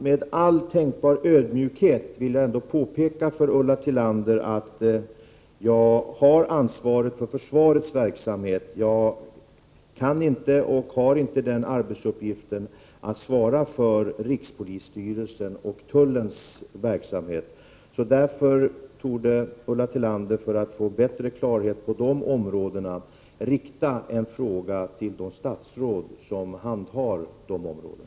Med all tänkbar ödmjukhet vill jag ändå påpeka för Ulla Tillander att jag har ansvaret för försvarets verksamhet, men jag kan inte och har inte till uppgift att svara för rikspolisstyrelsens och tullens verksamhet. Därför torde Ulla Tillander, för att få bättre klarhet på dessa områden, rikta en fråga till de statsråd som handhar dessa områden.